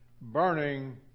burning